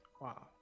Wow